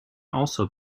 also